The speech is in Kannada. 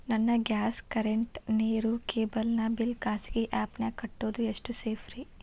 ನನ್ನ ಗ್ಯಾಸ್ ಕರೆಂಟ್, ನೇರು, ಕೇಬಲ್ ನ ಬಿಲ್ ಖಾಸಗಿ ಆ್ಯಪ್ ನ್ಯಾಗ್ ಕಟ್ಟೋದು ಎಷ್ಟು ಸೇಫ್ರಿ?